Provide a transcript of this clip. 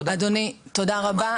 אדוני, תודה רבה.